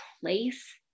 place